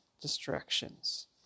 distractions